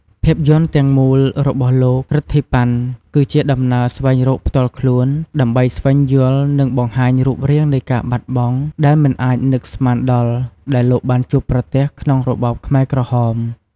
ភាពយន្តទាំងមូលរបស់លោក រិទ្ធី ប៉ាន់ គឺជាដំណើរស្វែងរកផ្ទាល់ខ្លួន ដើម្បីស្វែងយល់ និងបង្ហាញរូបរាងនៃការបាត់បង់ដែលមិនអាចនឹកស្មានដល់ដែលលោកបានជួបប្រទះក្នុងរបបខ្មែរក្រហម។